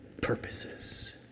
purposes